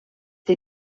die